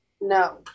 No